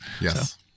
yes